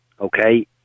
Okay